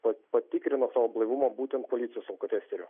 pa patikrino savo blaivumą būtent policijos alkotesteriu